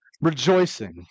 rejoicing